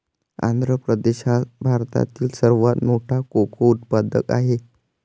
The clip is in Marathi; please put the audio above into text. आंध्र प्रदेश हा भारतातील सर्वात मोठा कोको उत्पादक आहे